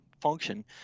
function